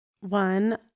One